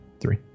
three